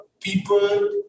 people